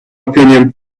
opinion